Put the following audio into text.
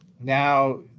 Now